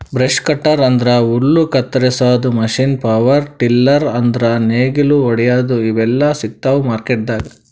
brush cutter ಅಂದ್ರ ಹುಲ್ಲ್ ಕತ್ತರಸಾದ್ ಮಷೀನ್ ಪವರ್ ಟಿಲ್ಲರ್ ಅಂದ್ರ್ ನೇಗಿಲ್ ಹೊಡ್ಯಾದು ಇವೆಲ್ಲಾ ಸಿಗ್ತಾವ್ ಮಾರ್ಕೆಟ್ದಾಗ್